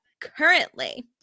currently